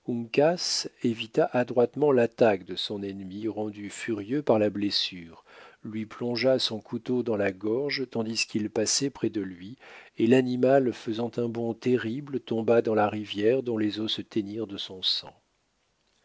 évita adroitement l'attaque de son ennemi rendu furieux par sa blessure lui plongea son couteau dans la gorge tandis qu'il passait près de lui et l'animal faisant un bond terrible tomba dans la rivière dont les eaux se teignirent de son sang